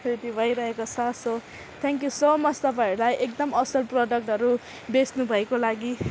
ready भइरहेको छ so thank you so much तपाईँहरूलाई एकदम असल प्रोडक्टहरू बेच्नुभएको लागि